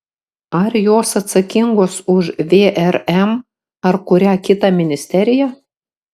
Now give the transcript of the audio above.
ar jos atsakingos už vrm ar kurią kitą ministeriją